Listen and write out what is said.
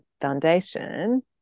foundation